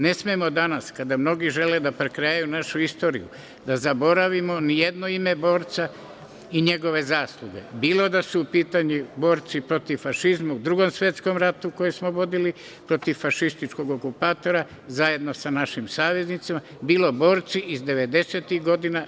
Ne smemo danas kada mnogi žele da prekrajaju našu istoriju, da zaboravimo ni jedno ime borca i njegove zasluge, bilo da su u pitanju borci protiv fašizma u Drugom svetskom ratu koje smo vodili protiv fašističkog okupatora zajedno sa našim saveznicima, bilo borci iz 90-tih godina.